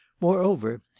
Moreover